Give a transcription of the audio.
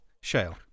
Shale